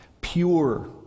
Pure